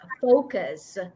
focus